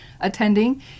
attending